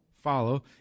follow